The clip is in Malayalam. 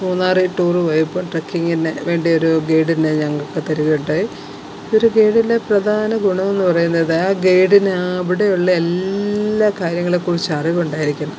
മൂന്നാറില് ടൂർ പോയപ്പോള് ട്രക്കിങ്ങിന് വേണ്ടി ഒരു ഗൈഡിനെ ഞങ്ങള്ക്ക് തരുകയുണ്ടായി ഒരു ഗയ്ഡിൻ്റെ പ്രധാന ഗുണമെന്ന് പറയുന്നത് ആ ഗെയിഡിന് ആ അവിടെയുള്ള എല്ലാ കാര്യങ്ങളെ കുറിച്ച് അറിവ് ഉണ്ടായിരിക്കും